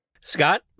Scott